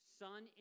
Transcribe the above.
son